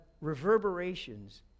reverberations